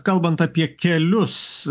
kalbant apie kelius